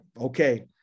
okay